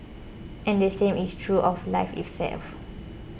and the same is true of life itself